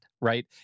right